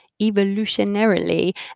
evolutionarily